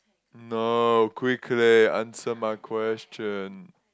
no quickly answer my question